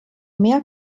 mehr